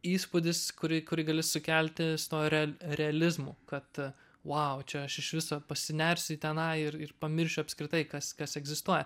įspūdis kurį kurį gali sukelti su tuo real realizmu kad vau čia aš iš viso pasinersiu į tenai ir ir pamiršiu apskritai kas kas egzistuoja